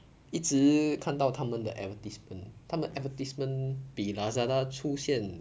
一直看到他们的 advertisement 他们的 advertisement 比 lazada 出现